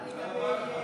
תודה רבה לך.